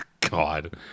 God